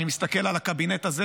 אני מסתכל על הקבינט הזה,